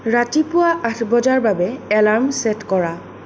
ৰাতিপুৱা আঠ বজাৰ বাবে এলাৰ্ম ছেট কৰা